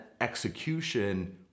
execution